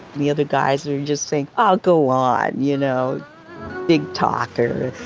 the other guys are just saying, oh go on, you know big talker,